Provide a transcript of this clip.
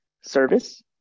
service